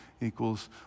equals